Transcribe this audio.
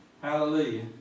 Hallelujah